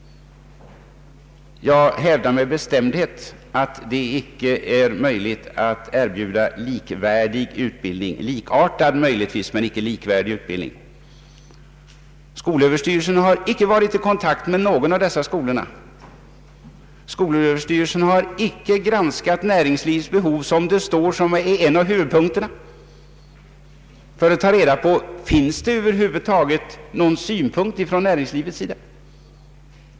Jag hävdar med bestämdhet att det icke är möjligt att erbjuda likvärdig ut bildning — likartad möjligtvis, men icke likvärdig — inom det allmänna skolväsendet. Skolöverstyrelsen har inte varit i kontakt med någon av dessa skolor. Skolöverstyrelsen har icke granskat näringslivets behov, som står såsom en av huvudpunkterna, för att ta reda på om det finns några synpunkter över huvud taget från näringslivets sida.